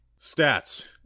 stats